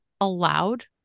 allowed